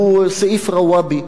שהוא "סעיף רוואבי",